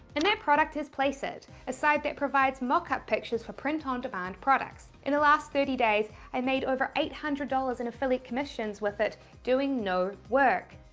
and that product is placeit. a site that provides mark up pictures for print-on-demand products. in the last thirty days i made over eight hundred dollars in affiliate commissions with it doing no work.